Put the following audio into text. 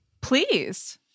Please